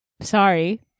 sorry